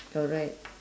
correct